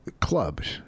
clubs